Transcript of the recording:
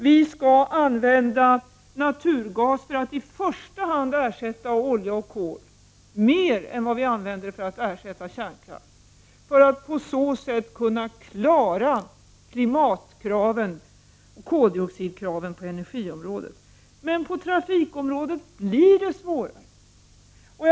Vi skall använda naturgas för att i första hand ersätta olja och kol, mer än vad vi skall använda den för att ersätta kärnkraft. På så sätt skall vi kunna klara klimatkraven och koldioxidkraven på energiområdet. På trafikområdet blir det emellertid svårare.